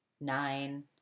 nine